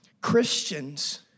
Christians